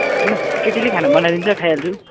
होइन केटीले खाना बनाइदिन्छ खाइहाल्छु